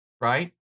Right